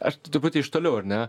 aš truputį iš toliau ar ne